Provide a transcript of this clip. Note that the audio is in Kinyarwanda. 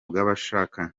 bw’abashakanye